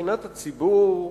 מבחינת הציבור,